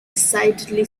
decidedly